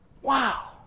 wow